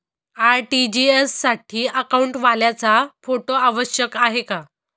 RTGS साठी अकाउंटवाल्याचा photo आवश्यक आहे का?